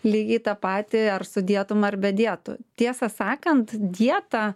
lygiai tą patį ar su dietom ar be dietų tiesą sakant dieta